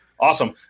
Awesome